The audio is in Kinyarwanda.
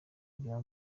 byo